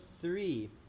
three